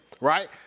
right